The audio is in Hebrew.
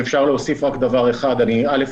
א',